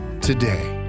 today